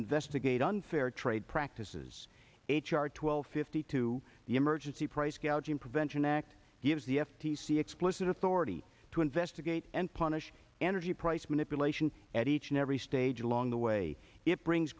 investigate unfair trade practices h r twelve fifty two the emergency price gouging prevention act gives the f t c explicit authority to investigate and punish energy price manipulation at each and every stage along the way it brings